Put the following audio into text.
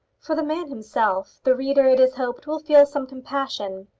for the man himself, the reader, it is hoped, will feel some compassion.